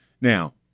Now